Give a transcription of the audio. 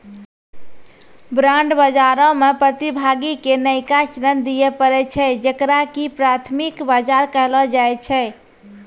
bond बजारो मे प्रतिभागी के नयका ऋण दिये पड़ै छै जेकरा की प्राथमिक बजार कहलो जाय छै